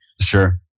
Sure